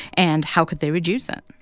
and how could they reduce it?